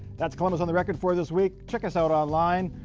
that's columbus on the record for this week. check us out online,